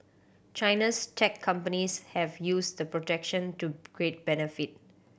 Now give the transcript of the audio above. China's tech companies have used the protection to great benefit